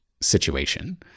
situation